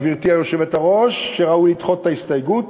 גברתי היושבת-ראש, שראוי לדחות את ההסתייגות,